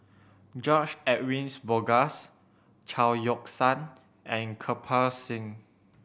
George Edwin Bogaars Chao Yoke San and Kirpal Singh